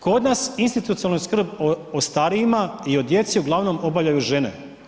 Kod nas institucionalnu skrb o starijima i o djeci uglavnom obavljaju žene.